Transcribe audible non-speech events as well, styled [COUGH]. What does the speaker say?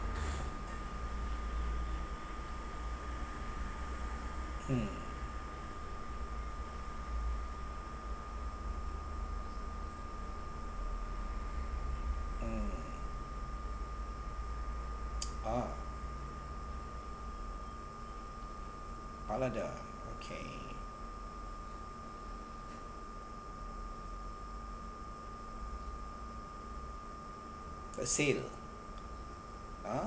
[BREATH] mm [NOISE] oh the okay the sail